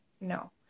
No